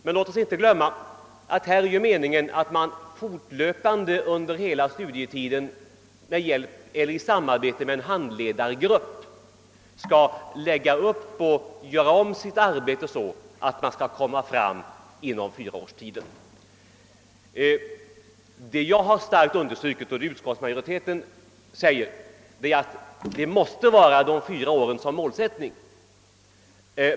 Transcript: Men låt oss inte glömma att det i detta fall är meningen att man fortlöpande under hela studietiden med hjälp av och i samarbete med en handledargrupp skall planera och anpassa sitt arbete så, att man kan komma fram till målet inom en tid av fyra år. Vad jag starkt understrukit och även utskottsmajoriteten anfört är att den fyraåriga studietiden måste vara målsättningen.